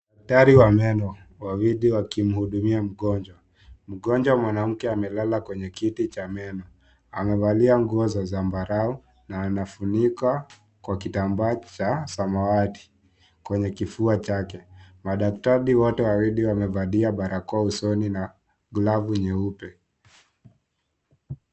Madaktari wa meno wawili wakimhudumia mgonjwa. Mgonjwa mwanamke amelala kwenye kiti cha meno. Amevalia nguo za zambarau na anafunika kwa kitambaa cha samawati kwenye kifua chake. Madaktari wote wawili wamevalia barakoa usoni na glovu nyeupe.